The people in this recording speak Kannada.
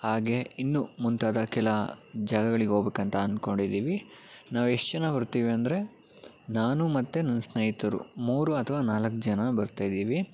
ಹಾಗೆಯೇ ಇನ್ನೂ ಮುಂತಾದ ಕೆಲ ಜಾಗಗಳಿಗೆ ಹೋಗ್ಬೇಕಂತ ಅಂದ್ಕೊಂಡಿದ್ದೀವಿ ನಾವು ಎಷ್ಟು ಜನ ಬರ್ತೀವಿ ಅಂದರೆ ನಾನು ಮತ್ತೆ ನನ್ನ ಸ್ನೇಹಿತರು ಮೂರು ಅಥ್ವಾ ನಾಲ್ಕು ಜನ ಬರ್ತಾಯಿದ್ದೀವಿ